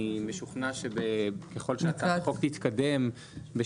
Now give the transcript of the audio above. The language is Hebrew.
אני משוכנע שככל שהצעת החוק תתקדם,